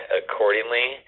accordingly